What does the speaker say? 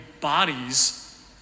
bodies